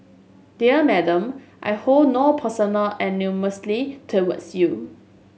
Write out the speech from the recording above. dear Madam I hold no personal animosity towards you